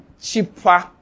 cheaper